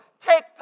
take